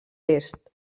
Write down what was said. est